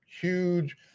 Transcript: huge